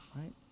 right